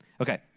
Okay